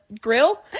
grill